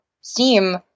seem